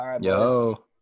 Yo